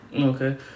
Okay